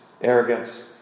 arrogance